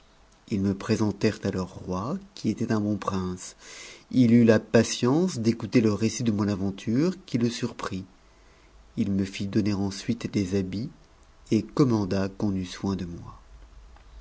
ils me présentèrent à leur roi qui était un bon prince cnt la patience d'écouter le récit de mon aventure qui le surprit ï me lit donner ensuite des habits et commanda qu'on eût soin de moi